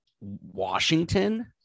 Washington